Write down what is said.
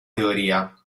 teoria